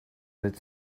that